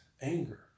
anger